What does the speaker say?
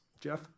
Jeff